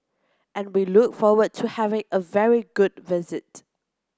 and we look forward to having a very good visit